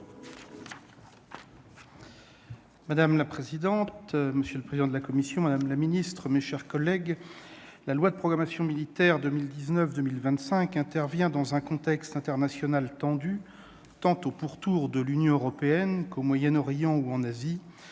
madame la secrétaire d'État, monsieur le président de la commission, mes chers collègues, la loi de programmation militaire 2019-2025 intervient dans un contexte international tendu, tant aux pourtours de l'Union européenne qu'au Moyen-Orient ou en Asie.